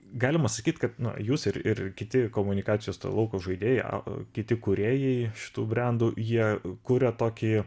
galima sakyt kad jūs ir ir kiti komunikacijos lauko žaidėjai o a kiti kūrėjai šitų brendų jie kuria tokį